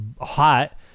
hot